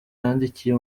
yandikiye